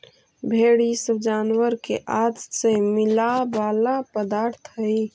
भेंड़ इ सब जानवर के आँत से मिला वाला पदार्थ हई